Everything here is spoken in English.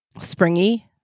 springy